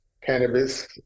cannabis